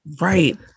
Right